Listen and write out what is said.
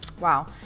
Wow